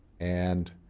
and